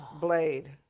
Blade